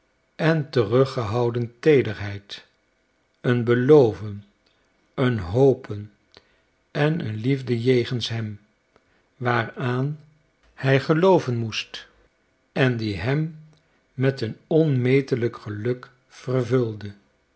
en teruggehouden teederheid een beloven een hopen en een liefde jegens hem waaraan hij gelooven moest en die hem met een onmetelijk geluk vervulde